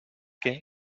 que